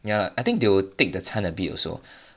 ya I think they will take the 掺 a bit also